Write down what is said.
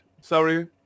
sorry